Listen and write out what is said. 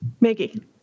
Maggie